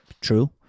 True